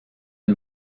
une